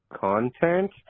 content